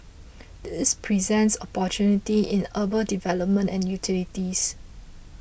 this presents opportunities in urban development and utilities